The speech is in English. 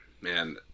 man